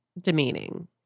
demeaning